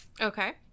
Okay